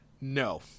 No